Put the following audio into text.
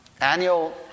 annual